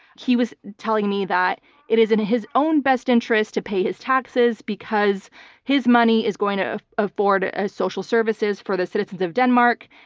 he was telling me that it is in his own best interest to pay his taxes because his money is going to afford ah social services for the citizens of denmark,